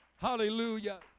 Hallelujah